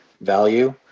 value